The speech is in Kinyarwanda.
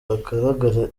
agaragara